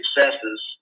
successes